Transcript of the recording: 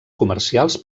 comercials